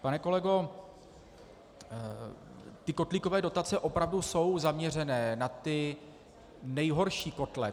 Pane kolego, ty kotlíkové dotace opravdu jsou zaměřené na ty nejhorší kotle.